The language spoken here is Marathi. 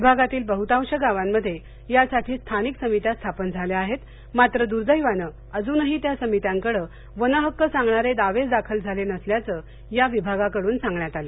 विभागातील बहुतांश गावांमध्ये यासाठी स्थानिक समित्या स्थापन झाल्या आहेत मात्र दुर्दैवानं अजूनही त्या समित्यांकडं वनहक्क सांगणारे दावेच दाखल झाले नसल्याचं या विभागाकडून सांगण्यात आलं